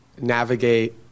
navigate